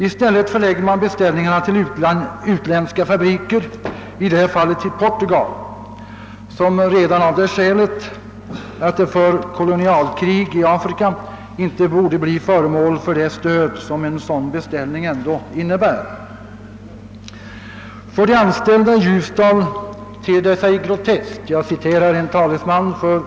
I stället läggs beställningar på utländska fabriker, exempelvis som nu till fabriker i Portugal, som redan av det skälet att det för kolonialkrig i Afrika inte borde bli föremål för det stöd som en sådan beställning innebär. Jag vill referera en talesman för de anställda i Ljusdal, som är berörda av detta.